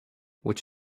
which